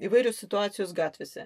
įvairios situacijos gatvėse